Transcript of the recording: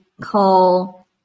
call